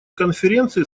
конференции